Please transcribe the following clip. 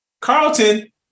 Carlton